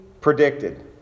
predicted